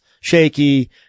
shaky